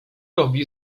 robi